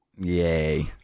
Yay